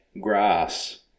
grass